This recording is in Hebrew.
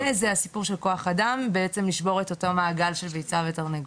לזה היא הסיפור של כוח אדם בעצם לשבור את המעגל של ביצה ותרנגולת.